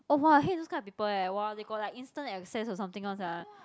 oh !wah! I hate those kind of people eh !wah! they got like instant access or something one sia